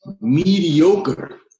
Mediocre